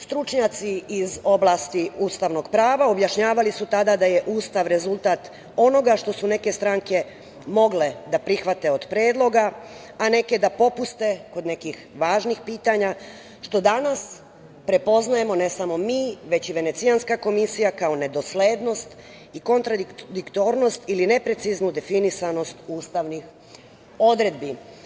Stručnjaci iz oblasti ustavnog pravo objašnjavali su tada da je Ustav rezultat onoga što su neke strane mogle da prihvate od predloga, a neke da popuste, kod nekih važnih pitanja, što danas prepoznajemo ne samo mi već i Venecijanska komisija kao nedoslednost i kontradiktornost ili nepreciznu definisanost ustavnih odredbi.